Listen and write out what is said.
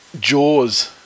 jaws